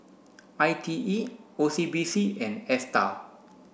I T E O C B C and ASTAR